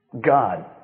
God